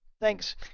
Thanks